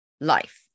life